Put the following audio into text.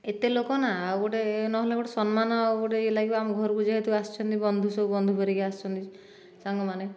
ଏତେ ଲୋକ ନା ଆଉ ଗୋଟିଏ ନହେଲେ ଗୋଟିଏ ସମ୍ମାନ ଗୋଟିଏ ୟେ ଲାଗିବ ଆମ ଘରକୁ ଯେହେତୁ ଆସିଛନ୍ତି ବନ୍ଧୁ ସବୁ ବନ୍ଧୁ ପରିକା ଆସିଛନ୍ତି ସାଙ୍ଗମାନେ